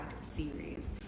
series